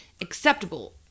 Acceptable